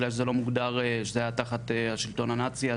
בגלל שזה לא מוגדר שזה היה תחת השילטון הנאצי,